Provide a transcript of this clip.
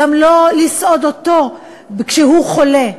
גם לא לסעוד אותו כשהוא חולה,